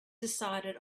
decided